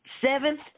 seventh